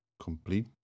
complete